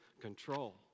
control